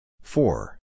Four